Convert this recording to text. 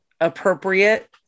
appropriate